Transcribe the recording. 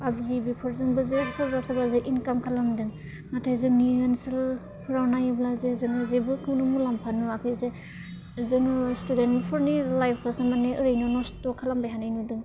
PUBG बेफोरजों जे सोरबा सोरबा इंकाम खालामदों नाथाय जोंनि ओनसोलफ्राव नायोब्ला जे जोङो जेबोखौनो मुलाम्फा नुआखै जे जोंनि स्टुडेन्तफोरनि लाइभखौसो ओरैनो नस्थ' खालामबाय थानाय नुदों